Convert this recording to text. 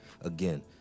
Again